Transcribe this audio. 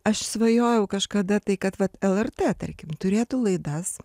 aš svajojau kažkada tai kad vat lrt tarkim turėtų laidas